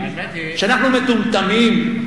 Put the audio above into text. שאנחנו מטומטמים,